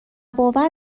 باور